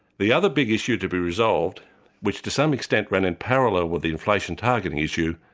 the other big issue to be resolved which to some extent ran in parallel with the inflation targeting issue,